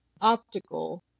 optical